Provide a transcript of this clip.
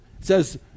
says